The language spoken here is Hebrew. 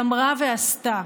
אמרה ועשתה.